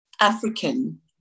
African